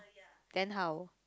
then how